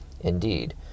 Indeed